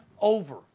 over